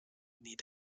need